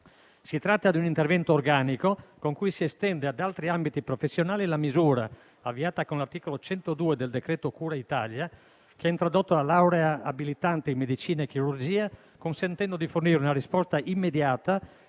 Si tratta di un intervento organico con cui si estende ad altri ambiti professionali la misura avviata con l'articolo 102 del decreto cura Italia, che ha introdotto la laurea abilitante in medicina e chirurgia, consentendo di fornire una risposta immediata